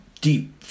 deep